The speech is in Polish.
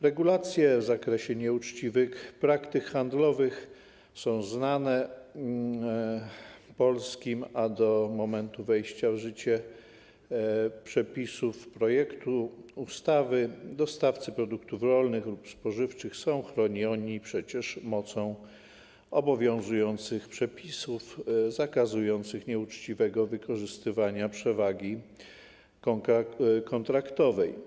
Regulacje w zakresie nieuczciwych praktyk handlowych są znane, a do momentu wejścia w życie przepisów projektu ustawy dostawcy produktów rolnych lub spożywczych są chronieni przecież mocą obowiązujących przepisów zakazujących nieuczciwego wykorzystywania przewagi kontraktowej.